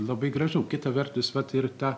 labai gražu kita vertus vat ir ta